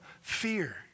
fear